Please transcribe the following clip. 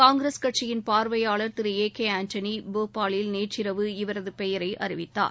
காங்கிரஸ் கட்சியின் பார்வையாளர் திரு ஏ கே ஆண்டனி போபாலில் நேற்றிரவு இவரது பெயரை அறிவித்தார்